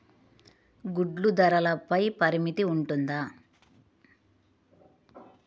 గుడ్లు ధరల పై పరిమితి ఉంటుందా?